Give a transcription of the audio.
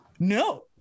No